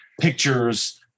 pictures